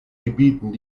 gebieten